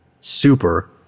super